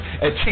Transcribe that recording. achieve